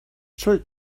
schuld